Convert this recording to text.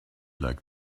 like